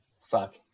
Fuck